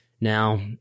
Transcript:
Now